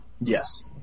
Yes